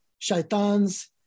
Shaitans